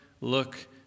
look